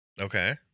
Okay